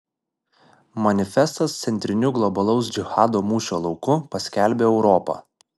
manifestas centriniu globalaus džihado mūšio lauku paskelbė europą